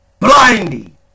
Blindly